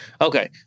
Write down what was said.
Okay